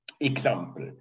example